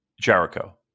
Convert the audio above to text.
Jericho